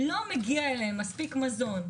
לא מגיע להם מספיק מזון,